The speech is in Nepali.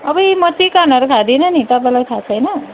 अबुई म चिकनहरू खाँदिनँ नि तपाईँलाई थाहा छैन